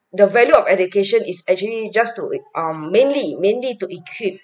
the value of education is actually just to e~ um mainly mainly to equip